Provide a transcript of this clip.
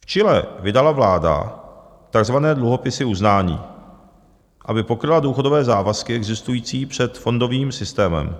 V Chile vydala vláda takzvané dluhopisy uznání, aby pokryla důchodové závazky existující před fondovým systémem.